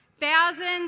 Thousands